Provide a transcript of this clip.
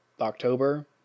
October